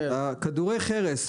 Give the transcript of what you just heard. כדורי חרס,